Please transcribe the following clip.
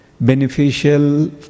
beneficial